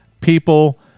people